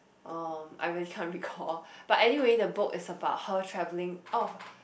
uh I really can't recall but anyway the book is about how travelling oh